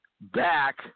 Back